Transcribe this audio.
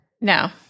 No